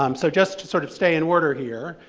um so just to sort of stay in order here,